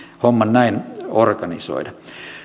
homman näin organisoida